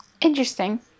Interesting